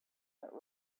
that